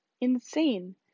insane